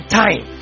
time